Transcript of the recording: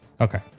Okay